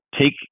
Take